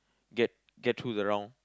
get get through the round